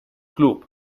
club